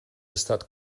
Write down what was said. estat